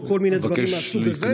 או כל מיני דברים מהסוג הזה.